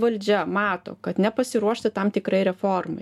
valdžia mato kad nepasiruošta tam tikrai reformai